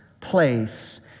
place